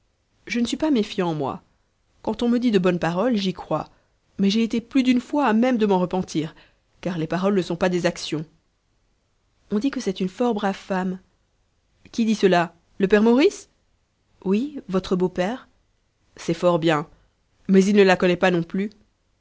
je ne suis pas méfiant moi quand on me dit de bonnes paroles j'y crois mais j'ai été plus d'une fois à même de m'en repentir car les paroles ne sont pas des actions on dit que c'est une fort brave femme qui dit cela le père maurice oui votre beau-père c'est fort bien mais il ne la connaît pas non plus